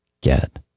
get